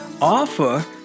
offer